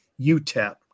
UTEP